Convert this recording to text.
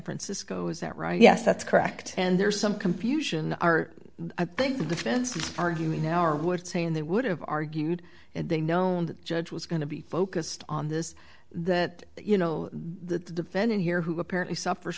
francisco is that right yes that's correct and there's some confusion i think the defense is arguing now or would say and they would have argued had they known the judge was going to be focused on this that you know the defendant here who apparently suffers